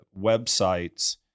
websites